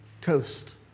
coast